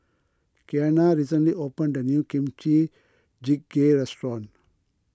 Keanna recently opened a new Kimchi Jjigae restaurant